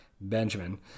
Benjamin